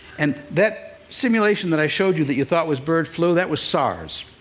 and that simulation that i showed you that you thought was bird flu that was sars.